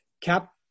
Cap